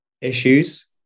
issues